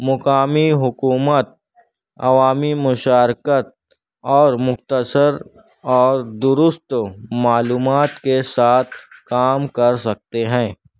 مقامی حکومت عوامی مشارکت اور مختصر اور درست معلومات کے ساتھ کام کر سکتے ہیں